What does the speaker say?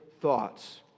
thoughts